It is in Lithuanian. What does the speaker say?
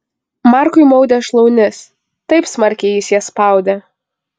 markui maudė šlaunis taip smarkiai jis jas spaudė